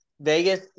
Vegas